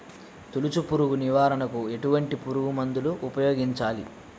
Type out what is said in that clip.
తొలుచు పురుగు నివారణకు ఎటువంటి పురుగుమందులు ఉపయోగించాలి?